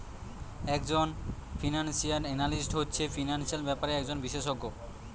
একজন financial analyst হচ্ছে financial ব্যাপারে একজন বিশেষজ্ঞ